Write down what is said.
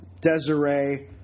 Desiree